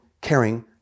caring